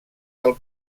del